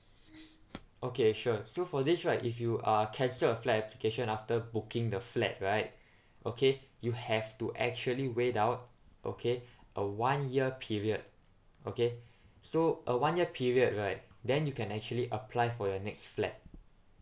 okay sure so for this right if you uh cancel your flat application after booking the flat right okay you have to actually wait out okay a one year period okay so a one year period right then you can actually apply for your next flat